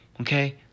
Okay